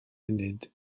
munud